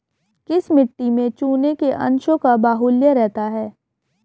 किस मिट्टी में चूने के अंशों का बाहुल्य रहता है?